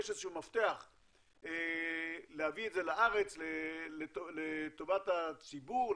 יש מפתח להביא את זה לארץ לטובת הציבור,